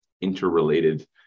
interrelated